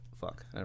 Fuck